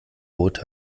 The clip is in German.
rote